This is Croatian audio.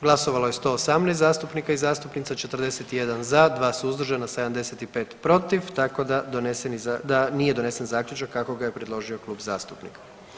Glasovalo je 118 zastupnika i zastupnica, 41 za, 2 suzdržana, 75 protiv tako da nije donesen Zaključak kako ga je predložio klub zastupnika.